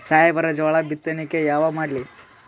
ಸಾಹೇಬರ ಜೋಳ ಬಿತ್ತಣಿಕಿ ಯಾವಾಗ ಮಾಡ್ಲಿ?